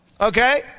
Okay